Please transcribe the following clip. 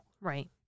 Right